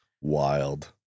Wild